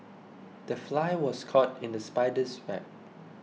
the fly was caught in the spider's web